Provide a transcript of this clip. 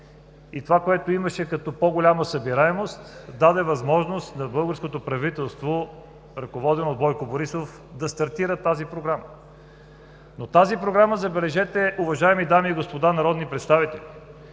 и това, което имаше като по-голяма събираемост, даде възможност на българското правителство, ръководено от Бойко Борисов, да стартира тази Програма. Но Програмата, забележете, уважаеми дами и господа народни представители,